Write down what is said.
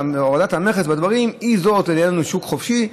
ויהיה לנו שוק חופשי,